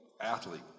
athlete